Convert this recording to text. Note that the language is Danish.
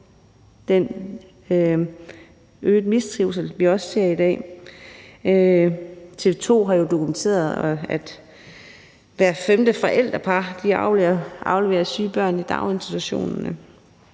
den øgede mistrivsel, vi også ser i dag. TV 2 har jo dokumenteret, at hver femte forældrepar afleverer syge børn i daginstitutionerne.